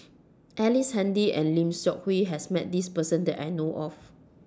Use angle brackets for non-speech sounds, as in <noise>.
<noise> Ellice Handy and Lim Seok Hui has Met This Person that I know of